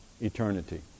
eternity